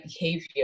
behavior